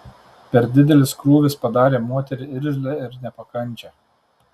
per didelis krūvis padarė moterį irzlią ir nepakančią